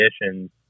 conditions